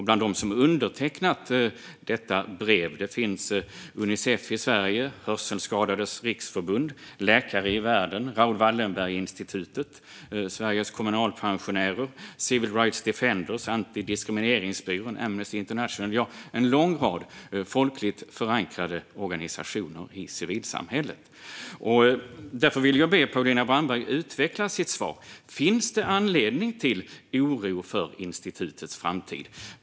Bland dem som undertecknat detta brev finns Unicef i Sverige, Hörselskadades Riksförbund, Läkare i Världen, Raoul Wallenberg-institutet, Svenska Kommunalpensionärernas Förbund, Civil Rights Defenders, Antidiskrimineringsbyrån, Amnesty International - en lång rad folkligt förankrade organisationer i civilsamhället. Därför vill jag be Paulina Brandberg att utveckla sitt svar. Finns det anledning till oro för institutets framtid?